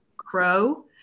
crow